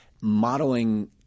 modeling